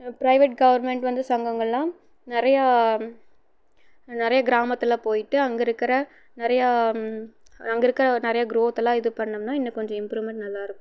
private government வந்து சங்கங்கள்லாம் நிறையா நிறைய கிராமத்தில் போய்ட்டு அங்கே இருக்கிற நிறையா அங்க இருக்கிற நிறையா குரோத்தெல்லாம் இது பண்ணம்னால் இன்னும் கொஞ்சம் இம்ப்ரூவ்மென்ட் நல்லா இருக்கும்